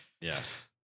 Yes